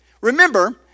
Remember